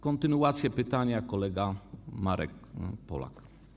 Kontynuacja pytania - kolega Marek Polak.